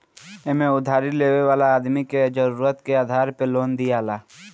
एमे उधारी लेवे वाला आदमी के जरुरत के आधार पे लोन दियाला